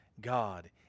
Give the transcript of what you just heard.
God